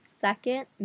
second